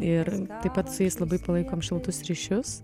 ir taip pat su jais labai palaikom šiltus ryšius